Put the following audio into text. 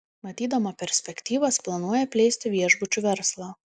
matydama perspektyvas planuoja plėsti viešbučių verslą